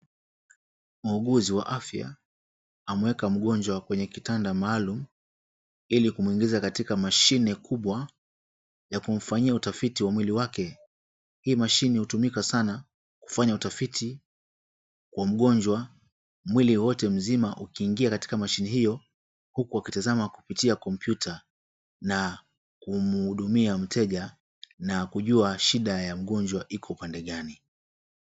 Muuguzi wa afya amemweka mgonjwa kwenye kitanda maalum ili kumuingiza katika mashine kubwa ya kumfanyia utafiti wa mwili wake. Hii mashine hutumika sana kufanya utafiti kwa mgonjwa, mwili wote mzima ukiingia katika mashine hiyo, huku wakitazama kupitia kompyuta na kumhudumia mteja, na kujua shida ya mgonjwa iko pande gani.